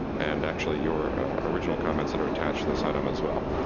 and actually, your original comments that are attached to this item, as well.